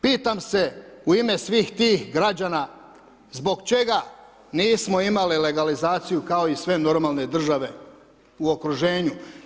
Pitam se u ime svih tih građana zbog čega nismo imali legalizaciju kao i sve normalne države u okruženju.